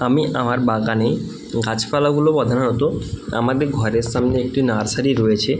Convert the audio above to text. আমি আমার বাগানে গাছপালাগুলো প্রধানত আমাদের ঘরের সামনে একটি নার্সারি রয়েছে